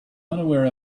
unaware